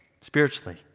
spiritually